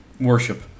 Worship